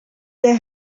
they